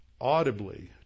audibly